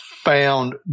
found